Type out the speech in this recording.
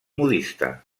modista